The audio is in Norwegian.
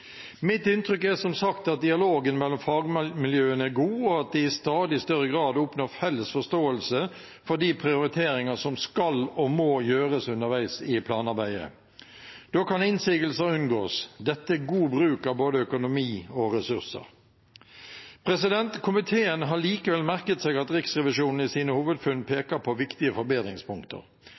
Mitt inntrykk er som sagt at dialogen mellom fagmiljøene er god, og at de i stadig større grad oppnår felles forståelse for de prioriteringer som skal og må gjøres underveis i planarbeidet. Da kan innsigelser unngås. Dette er god bruk av både økonomi og ressurser. Komiteen har likevel merket seg at Riksrevisjonen i sine hovedfunn peker på viktige forbedringspunkter.